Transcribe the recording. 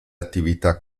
attività